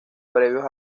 previos